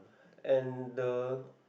and the